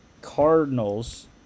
Cardinals